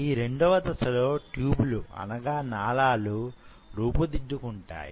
ఈ రెండవ దశలో ట్యూబ్ లు అనగా నాళాలు రూపుదిద్దుకుంటాయి